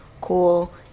cool